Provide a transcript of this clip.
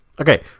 okay